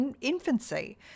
infancy